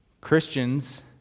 Christians